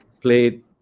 played